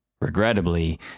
Regrettably